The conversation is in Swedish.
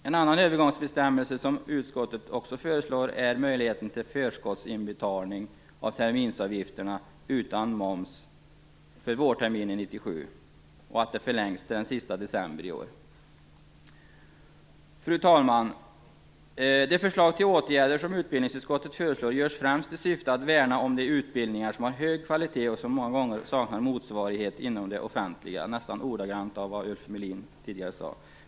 En annan övergångsbestämmelse som utskottet föreslår är att tiden för förskottsinbetalning av terminsavgifter utan moms för vårterminen 1997 förlängs till sista december i år. De förslag till åtgärder som utbildningsutskottet lägger fram har främst till syfte att värna om de utbildningar som har hög kvalitet och som många gånger saknar motsvarighet inom det offentliga. Det är nästan ordagrant det som Ulf Melin tidigare sade.